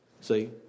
See